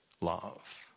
love